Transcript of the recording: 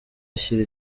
ashyira